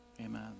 Amen